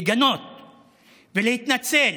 לגנות ולהתנצל,